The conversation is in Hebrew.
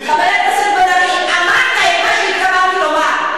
חבר הכנסת בן-ארי, אמרת את מה שהתכוונתי לומר.